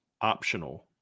Optional